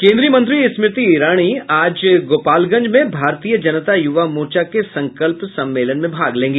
केन्द्रीय मंत्री स्मृति ईरानी आज गोपालगंज में भारतीय जनता युवा मोर्चा के संकल्प सम्मेलन में भाग लेंगी